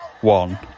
one